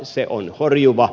se on horjuva